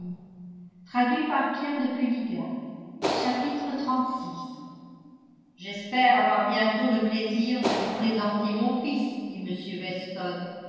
j'espère avoir bientôt le plaisir de vous présenter mon fils dit m weston